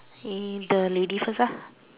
the lady first